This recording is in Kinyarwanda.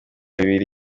bibiri